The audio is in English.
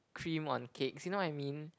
cream on cakes you know what I mean